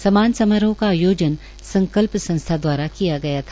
सम्मान समारोह का आयोजन संकल्प संस्था दवारा किया गया था